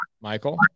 Michael